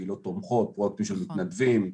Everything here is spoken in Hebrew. קהילות תומכות פעילות של מתנדבים,